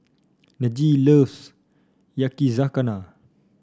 Najee loves Yakizakana